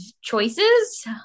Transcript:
choices